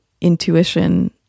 intuition